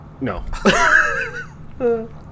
No